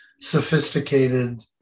sophisticated